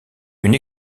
une